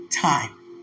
time